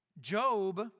Job